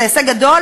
זה הישג גדול,